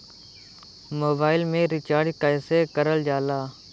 Mobile में recharge कइसे करल जाला?